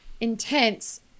intense